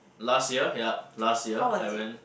last year yup last year I went